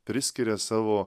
priskiria savo